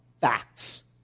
facts